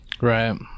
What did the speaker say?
Right